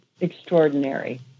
extraordinary